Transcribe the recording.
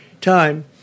time